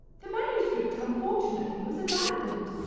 the manuscript unfortunately was abandoned.